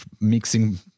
mixing